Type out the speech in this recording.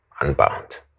Unbound